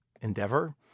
endeavor